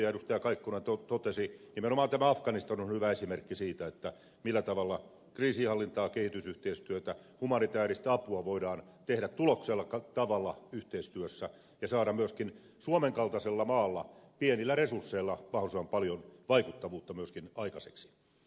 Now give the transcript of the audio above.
kaikkonen totesi nimenomaan afganistan on hyvä esimerkki siitä millä tavalla kriisinhallintaa ja kehitysyhteistyötä voidaan harjoittaa ja humanitääristä apua antaa tuloksekkaalla tavalla yhteistyössä ja saada myöskin suomen kaltaisena maana pienillä resursseilla mahdollisimman paljon vaikuttavuutta aikaiseksi